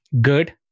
good